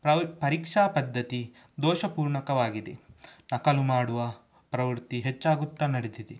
ಪ್ರವ್ ಪರೀಕ್ಷಾ ಪದ್ಧತಿ ದೋಷಪೂರ್ಣಕವಾಗಿದೆ ನಕಲು ಮಾಡುವ ಪ್ರವೃತ್ತಿ ಹೆಚ್ಚಾಗುತ್ತಾ ನಡೆದಿದೆ